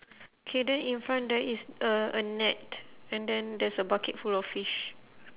K then in front there is a a net and then there's a bucket full of fish